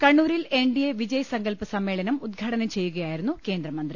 കണ്ണൂരിൽ എൻഡിഎ വിജയ്സങ്കൽപ് സമ്മേളനം ഉദ്ഘാടനം ചെയ്യുകയാ യിരുന്നു കേന്ദ്രമന്ത്രി